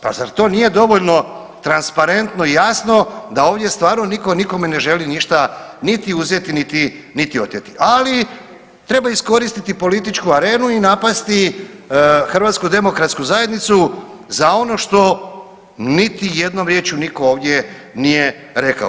Pa zar to nije dovoljno transparentno i jasno da ovdje stvarno nitko nikome ne želi ništa niti uzeti, niti oteti, ali treba iskoristiti političku arenu i napasti HDZ za ono što niti jednom riječju nitko ovdje nije rekao.